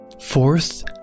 Fourth